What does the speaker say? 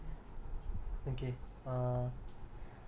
no lah you say lah